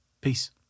Peace